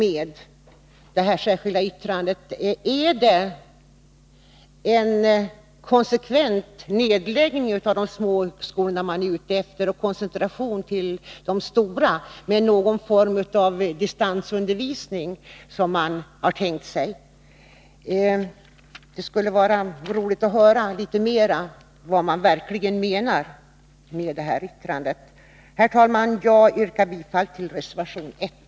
Är det en konsekvent nedläggning av de små högskolorna som man är ute efter? Är det en koncentration till de stora högskolorna med någon form av distansundervisning som man har tänkt sig? Det skulle vara intressant att få höra vad man verkligen menar med det här yttrandet. Herr talman! Jag yrkar bifall till reservation 1.